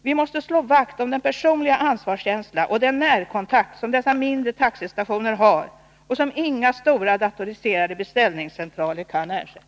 Vi måste slå vakt om den personliga ansvarskänsla och den närkontakt som finns vid dessa mindre taxistationer och som inga stora, datoriserade beställningscentraler kan ersätta.